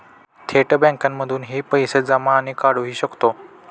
थेट बँकांमधूनही पैसे जमा आणि काढुहि शकतो